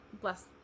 bless